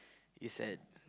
is at